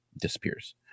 disappears